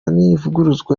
ntivuguruzwa